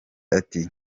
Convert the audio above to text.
ati